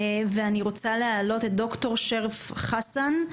אני רוצה להעלות את ד"ר שרף חסאן,